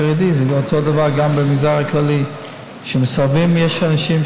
כחוק היסטורי, ואני מסכים איתך.